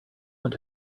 want